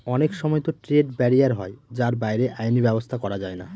অনেক সময়তো trade barrier হয় যার বাইরে আইনি ব্যাবস্থা করা যায়না